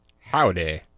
howdy